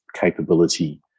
capability